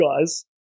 guys